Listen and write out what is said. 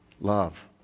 love